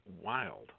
wild